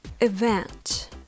event